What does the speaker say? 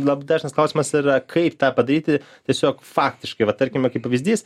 lab dažnas klausimas yra kaip tą padaryti tiesiog faktiškai va tarkime kaip pavyzdys